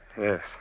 Yes